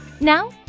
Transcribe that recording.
Now